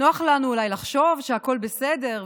נוח לנו אולי לחשוב שהכול בסדר,